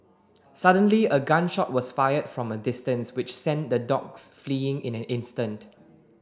suddenly a gun shot was fired from a distance which sent the dogs fleeing in an instant